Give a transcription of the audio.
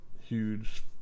huge